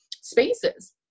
spaces